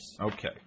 Okay